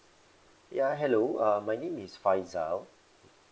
ya hello uh my name is faizal